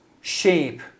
shape